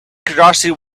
curiosity